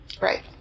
right